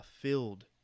filled